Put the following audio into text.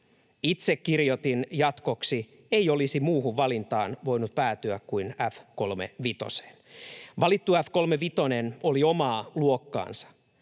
Itse kirjoitin jatkoksi: ”ei olisi muuhun valintaan voinut päätyä kuin F-35:een”. Valittu F-35 oli omaa luokkaansa.